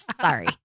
Sorry